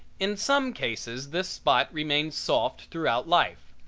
in some cases this spot remains soft throughout life,